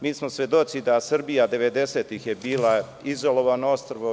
Mi smo svedoci da je Srbija devedesetih bila izolovano ostrvo.